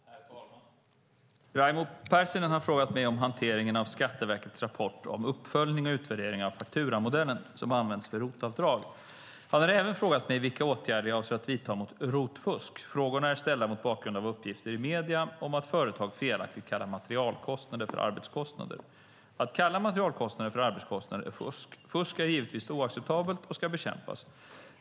Herr talman! Raimo Pärssinen har frågat mig om hanteringen av Skatteverkets rapport om uppföljning och utvärdering av fakturamodellen som används för ROT-avdrag. Han har även frågat mig vilka åtgärder jag avser att vidta mot ROT-fusk. Frågorna är ställda mot bakgrund av uppgifter i medierna om att företag felaktigt kallar materialkostnader för arbetskostnader. Att kalla materialkostnader för arbetskostnader är fusk. Fusk är givetvis oacceptabelt och ska bekämpas.